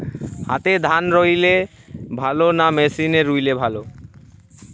হাতে ধান রুইলে ভালো না মেশিনে রুইলে ভালো?